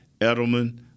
Edelman